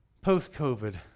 Post-COVID